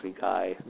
guy